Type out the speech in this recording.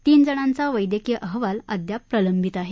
तीनजणांचा वैद्यकीय अहवाल अद्याप प्रलंबित आहे